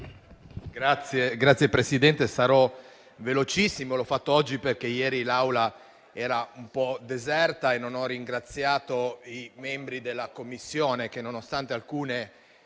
Signor Presidente, sarò velocissimo. Intervengo oggi perché ieri l'Aula era un po' deserta e non ho ringraziato i membri della Commissione, che nonostante alcuni